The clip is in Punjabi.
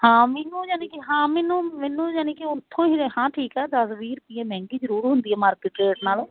ਹਾਂ ਮੈਨੂੰ ਯਾਨੀ ਕਿ ਹਾਂ ਮੈਨੂੰ ਮੈਨੂੰ ਜਾਨੀ ਕਿ ਉਥੋਂ ਹੀ ਹਾਂ ਠੀਕ ਆ ਦਸ ਵੀਹ ਰੁਪਏ ਮਹਿੰਗੀ ਜ਼ਰੂਰ ਹੁੰਦੀ ਮਾਰਕੀਟ ਨਾਲੋਂ